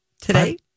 Today